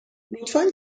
لطفا